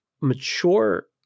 mature